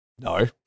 No